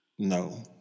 No